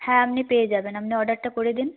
হ্যাঁ আপনি পেয়ে যাবেন আপনি অর্ডারটা করে দিন